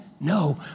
No